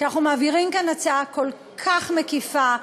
שאנחנו מעבירים כאן הצעה כל כך מקיפה,